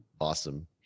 Awesome